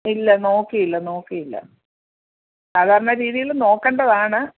ഇല്ല നോക്കിയില്ല നോക്കിയില്ല സാധാരണ രീതിയിൽ നോക്കേണ്ടതാണ്